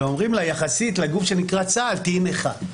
ואומרים לה: יחסית לגוף שנקרא צה"ל, תהיי נכה.